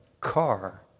car